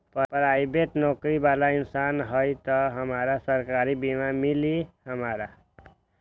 Private नौकरी बाला इंसान हई त हमरा सरकारी बीमा मिली हमरा?